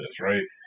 right